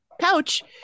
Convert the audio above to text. couch